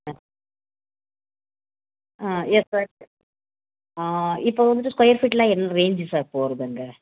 ஆ ஆ yes sir இப்போது வந்துட்டு ஸ்கொயர் ஃபீட்லாம் என்ன ரேஞ்சு சார் போவது அங்கே